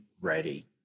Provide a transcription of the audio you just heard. ready